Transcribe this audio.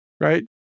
right